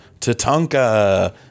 Tatanka